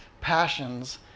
passions